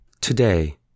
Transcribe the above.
Today